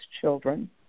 children